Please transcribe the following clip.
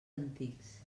antics